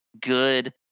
good